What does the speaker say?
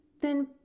Then